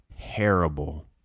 terrible